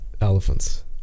elephants